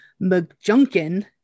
McJunkin